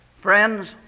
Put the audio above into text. Friends